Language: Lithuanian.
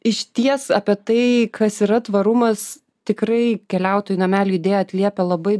išties apie tai kas yra tvarumas tikrai keliautojų namelių idėja atliepia labai